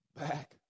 back